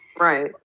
Right